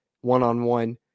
one-on-one